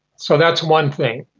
so that's one thing.